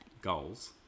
Goals